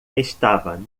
estava